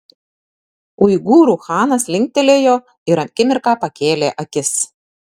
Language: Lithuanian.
uigūrų chanas linktelėjo ir akimirką pakėlė akis